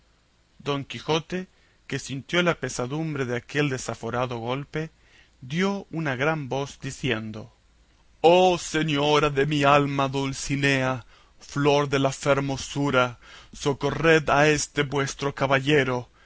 don quijote que sintió la pesadumbre de aquel desaforado golpe dio una gran voz diciendo oh señora de mi alma dulcinea flor de la fermosura socorred a este vuestro caballero